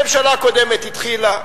ממשלה קודמת התחילה,